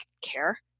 care